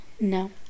No